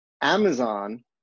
Amazon